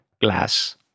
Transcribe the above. glass